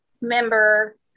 member